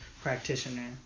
practitioner